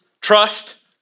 trust